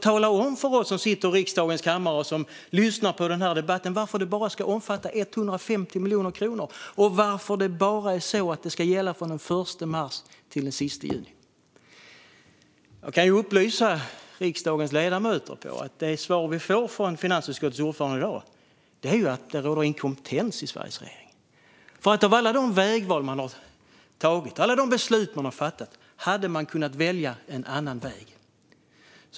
Tala om för oss som sitter i riksdagens kammare och för dem som lyssnar på debatten varför detta bara ska omfatta 150 miljoner kronor och varför det bara ska gälla från den 1 mars till den 30 juni! Jag kan upplysa riksdagens ledamöter om att det svar vi får från finansutskottets ordförande i dag visar att det råder inkompetens i Sveriges regering. Efter alla de vägval man har gjort och efter alla de beslut man har fattat hade man kunnat välja en annan väg.